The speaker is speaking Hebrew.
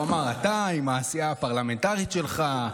הוא אמר: אתה עם העשייה הפרלמנטרית שלך,